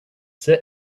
sit